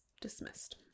dismissed